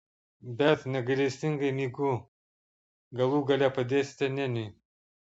bet negailestingai mygu galų gale padėsite nėniui